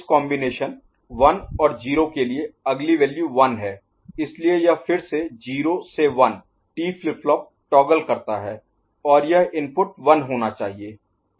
इस कॉम्बिनेशन 1 और 0 के लिए अगली वैल्यू 1 है इसलिए यह फिर से 0 से 1 T फ्लिप फ्लॉप टॉगल करता है और यह इनपुट 1 होना चाहिए